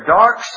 dark